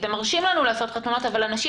אתם מרשים לנו לעשות חתונות אבל אנשים